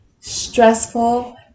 Stressful